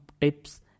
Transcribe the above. tips